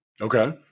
Okay